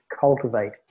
cultivate